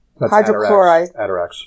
hydrochloride